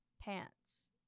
pants